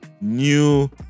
new